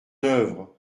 œuvre